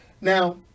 Now